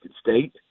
State